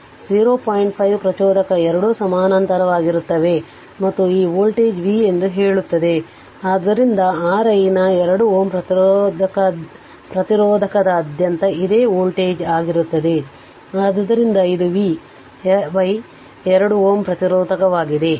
5 ಪ್ರಚೋದಕ ಎರಡೂ ಸಮಾನಾಂತರವಾಗಿರುತ್ತವೆ ಮತ್ತು ಈ ವೋಲ್ಟೇಜ್ v ಎಂದು ಹೇಳುತ್ತದೆ ಆದ್ದರಿಂದ R i y ನ 2 Ω ಪ್ರತಿರೋಧಕದಾದ್ಯಂತ ಇದೇ ವೋಲ್ಟೇಜ್ ಆಗಿರುತ್ತದೆ ಆದ್ದರಿಂದ ಇದು V 2 Ω ಪ್ರತಿರೋಧವಾಗಿದೆ